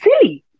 silly